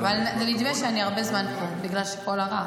אבל נדמה שאני הרבה זמן פה בגלל כל הרעש.